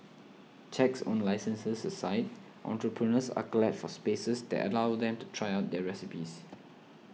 checks on licences aside entrepreneurs are glad for spaces that allow them to try out their recipes